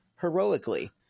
heroically